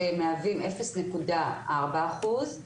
שמהווים אפס נקודה ארבע אחוז.